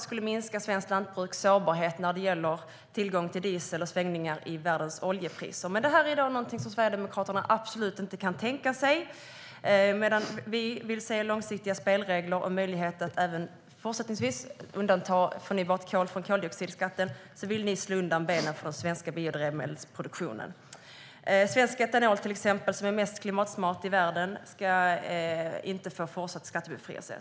Det skulle minska svenskt lantbruks sårbarhet när det gäller tillgång till diesel och svängningar i världens oljepris. Men detta är någonting som Sverigedemokraterna absolut inte kan tänka sig. Medan vi vill se långsiktiga spelregler och möjligheter att även fortsättningsvis undanta förnybart kol från koldioxidskatten vill ni slå undan benen för den svenska biodrivmedelsproduktionen. Svensk etanol som är mest klimatsmart i världen ska inte få fortsatt skattebefrielse.